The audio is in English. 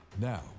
now